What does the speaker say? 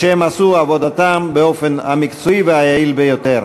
שהם עשו את עבודתם באופן המקצועי והיעיל ביותר.